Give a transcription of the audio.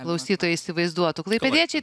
klausytojai įsivaizduotų klaipėdiečiai